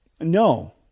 No